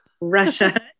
Russia